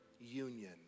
union